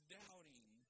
doubting